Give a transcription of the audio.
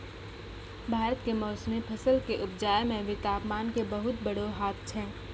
भारत मॅ मौसमी फसल कॅ उपजाय मॅ भी तामपान के बहुत बड़ो हाथ छै